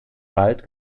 wald